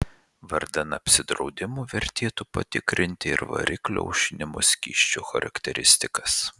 vardan apsidraudimo vertėtų patikrinti ir variklio aušinimo skysčio charakteristikas